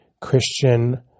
Christian